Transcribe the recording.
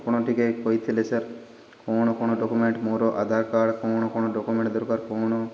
ଆପଣ ଟିକେ କହିଥିଲେ ସାର୍ କ'ଣ କ'ଣ ଡକ୍ୟୁମେଣ୍ଟ ମୋର ଆଧାର କାର୍ଡ଼ କ'ଣ କ'ଣ ଡକ୍ୟୁମେଣ୍ଟ ଦରକାର କ'ଣ